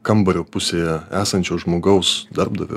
kambario pusėje esančio žmogaus darbdavio